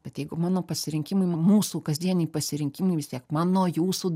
bet jeigu mano pasirinkimai mūsų kasdieniai pasirinkimai vis tiek mano jūsų